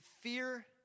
fear